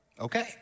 Okay